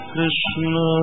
Krishna